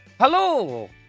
Hello